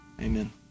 Amen